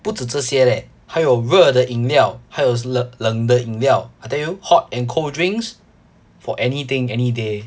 不只这些咧还有热的饮料还有冷冷的饮料 I tell you hot and cold drinks for anything any day